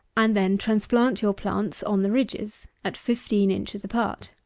and then transplant your plants on the ridges at fifteen inches apart.